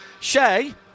Shay